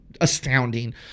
astounding